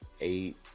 eight